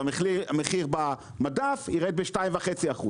המחיר במדף ירד ב-2.5%.